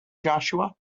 joshua